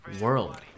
world